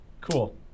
Cool